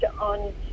on